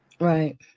Right